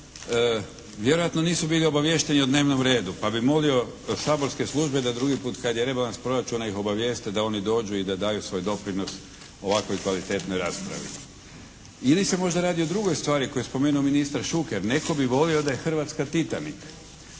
vjerojatno nisu bili obaviješteni o dnevnom redu. Pa bi molio saborske službe da drugi put kad je rebalans proračuna ih obavijeste da oni dođu i da daju svoj doprinos ovakvoj kvalitetnoj raspravi. Ili se možda radi o drugoj stvari koju je spomenuo ministar Šuker. Netko bi volio da je Hrvatska Titanik.